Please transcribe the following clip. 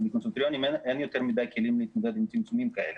בקונסרבטוריונים אין יותר מידי כלים להתמודד עם צמצומים כאלה.